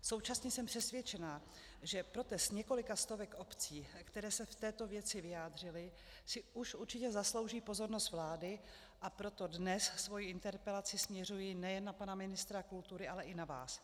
Současně jsem přesvědčena, že protest několika stovek obcí, které se v této věci vyjádřily, si už určitě zaslouží pozornost vlády, a proto dnes svoji interpelaci směřuji nejen na pana ministra kultury, ale i na vás.